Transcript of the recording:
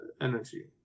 energy